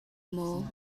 maw